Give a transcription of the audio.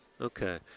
Okay